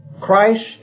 Christ